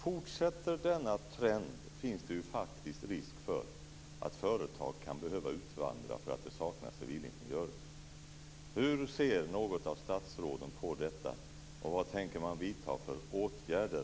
Fortsätter denna trend finns det faktiskt risk för att företag kan behöva utvandra därför att det saknas civilingenjörer.